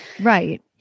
Right